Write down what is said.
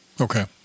Okay